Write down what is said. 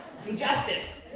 some justice.